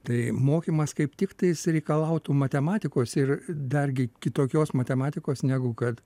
tai mokymas kaip tiktais reikalautų matematikos ir dargi kitokios matematikos negu kad